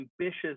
ambitious